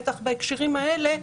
בטח בהקשרים האלה,